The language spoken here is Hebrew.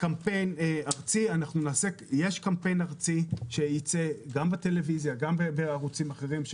יש קמפיין ארצי שייצא גם בטלוויזיה וגם בערוצים אחרים,